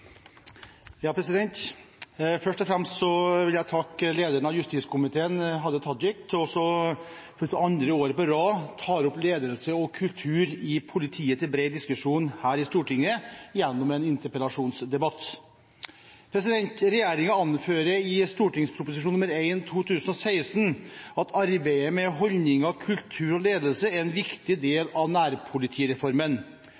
ikke skippertak. Først og fremst vil jeg takke lederen av justiskomiteen, Hadia Tajik, for at hun for andre år på rad tar opp ledelse og kultur i politiet til bred diskusjon her i Stortinget gjennom en interpellasjonsdebatt. Regjeringen anfører i Prop. 1 S for 2015–2016 at arbeidet med holdninger, kultur og ledelse er en viktig del av nærpolitireformen.